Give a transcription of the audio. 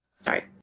sorry